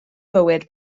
bywyd